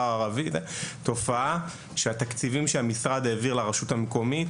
הערבי תופעה שהתקציבים שהמשרד העביר לרשות המקומית,